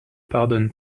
pardonne